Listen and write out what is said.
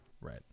Right